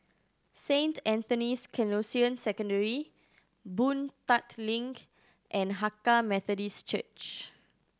Saint Anthony's Canossian Secondary Boon Tat Link and Hakka Methodist Church